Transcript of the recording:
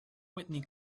whitney